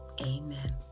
Amen